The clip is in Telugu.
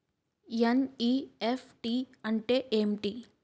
ఎన్.ఈ.ఎఫ్.టి అంటే ఎంటి?